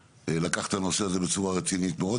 לקח את הנושא הזה בצורה רצינית מאוד.